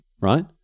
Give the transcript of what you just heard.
right